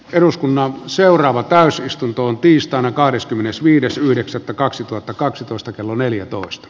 eduskunnan seuraava täysistuntoon tiistaina kahdeskymmenesviides yhdeksättä kaksituhattakaksitoista kello neljätoista